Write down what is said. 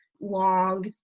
long